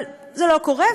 אבל זה לא קורה,